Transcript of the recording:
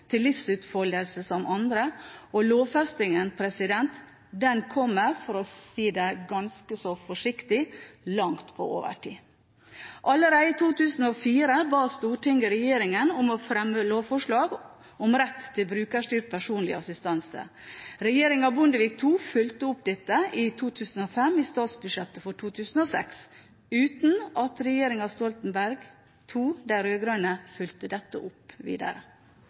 til livsutfoldelse som andre, og lovfestingen kommer – for å si det ganske så forsiktig – langt på overtid. Allerede i 2004 ba Stortinget regjeringen om å fremme lovforslag om rett til brukerstyrt personlig assistanse. Regjeringen Bondevik II fulgte opp dette i 2005 i statsbudsjettet for 2006, uten at regjeringen Stoltenberg II, de rød-grønne, fulgte dette opp videre.